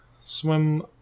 swim